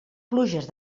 pluges